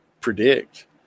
predict